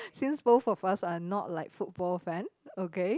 since both of us are not like football fan okay